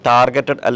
Targeted